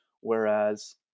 Whereas